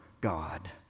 God